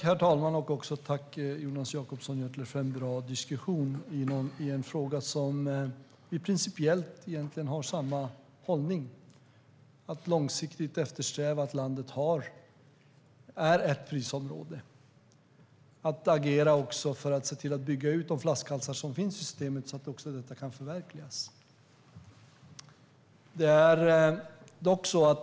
Herr talman! Tack, Jonas Jacobsson Gjörtler, för en bra diskussion i en fråga där vi principiellt egentligen har samma hållning! Det handlar om att långsiktigt eftersträva att landet är ett enda prisområde och att agera för att bygga bort de flaskhalsar som finns i systemet så att detta kan förverkligas.